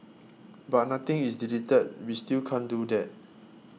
but nothing is deleted we still can't do that